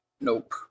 Nope